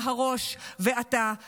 אתה הראש ואתה אשם.